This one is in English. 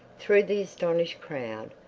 through the astonished crowd,